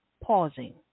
pausing